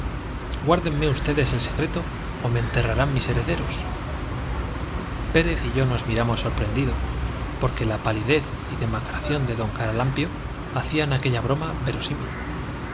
guárdenme ustedes el secreto ó me enterrarán mis herederos pérez y yo nos miramos sorprendidos porque la palidez y demacración de don caralampio hacían aquella broma verosímil